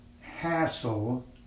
hassle